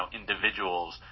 individuals